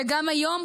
וגם היום,